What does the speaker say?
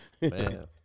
man